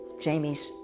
Jamie's